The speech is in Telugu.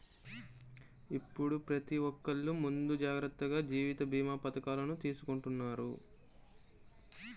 ఇప్పుడు ప్రతి ఒక్కల్లు ముందు జాగర్తగా జీవిత భీమా పథకాలను తీసుకుంటన్నారు